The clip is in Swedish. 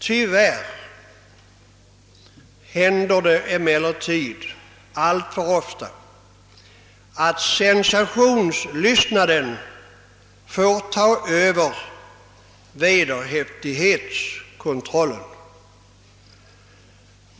Tyvärr händer det emellertid alltför ofta att sensationslystnaden får övertaget över vederhäftigheten.